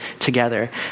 together